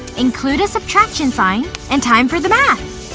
include a subtraction sign, and time for the math!